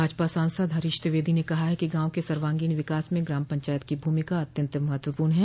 भाजपा सांसद हरीश द्विवेदी ने कहा कि गांव के सर्वांगीण विकास में ग्राम पंचायत की भूमिका अत्यन्त महत्वपूर्ण है